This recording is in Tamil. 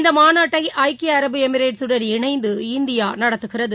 இந்த மாநாட்டை ஐக்கிய அரபு எமிரேட்சுடன் இணைந்து இந்தியா நடத்துகிறது